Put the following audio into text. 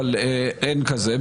אבל אין כזה,